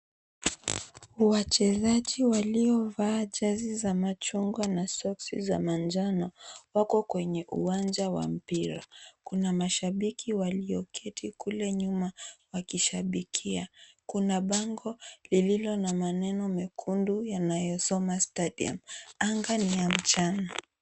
Wachezaji waliovaa jersey za machungwa na soksi za manjano, wako kwenye uwanja wa mpira. Kuna mashabiki walioketi kule nyuma wakishabikia. Kuna bango lililo na maneno mekundu yanayosoma stadium . Anga ni ya mchana.